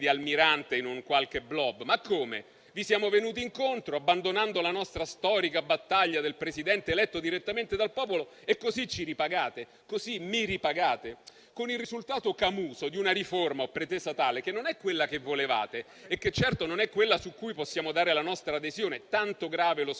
di Almirante in un qualche *blob*: ma come? Vi siamo venuti incontro, abbandonando la nostra storica battaglia del Presidente eletto direttamente dal popolo, e così ci ripagate? Così mi ripagate? Con il risultato camuso di una riforma o pretesa tale, che non è quella che volevate e che certo non è quella su cui possiamo dare la nostra adesione, tanto è grave lo sfregio